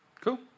Cool